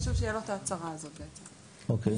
אוקיי.